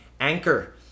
anchor